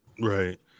Right